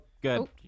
good